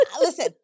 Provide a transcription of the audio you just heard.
listen